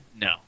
No